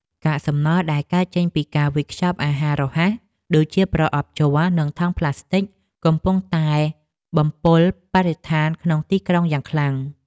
កាកសំណល់ដែលកើតចេញពីការវេចខ្ចប់អាហាររហ័សដូចជាប្រអប់ជ័រនិងថង់ផ្លាស្ទិចកំពុងតែបំពុលបរិស្ថានក្នុងទីក្រុងយ៉ាងខ្លាំង។